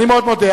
אני מאוד מודה.